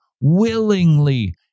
willingly